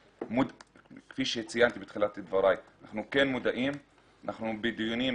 כפי שציינתי בתחילת דבריי אנחנו כן מודעים ואנחנו בדיונים